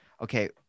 Okay